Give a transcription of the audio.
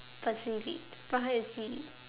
perceive it from how you see it